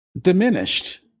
diminished